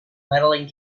medaling